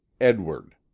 Edward